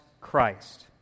Christ